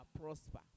prosper